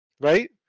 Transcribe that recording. right